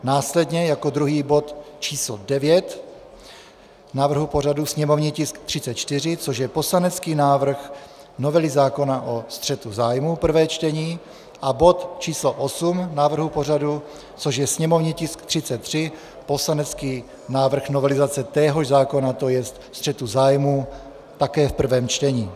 Následně jako druhý bod č. 9 návrhu pořadu sněmovní tisk 34, což je poslanecký návrh novely zákona o střetu zájmů, první čtení, a bod č. 8 návrhu pořadu, což je sněmovní tisk 33, poslanecký návrh novelizace téhož zákona, to jest střetu zájmů, také v prvém čtení.